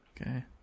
Okay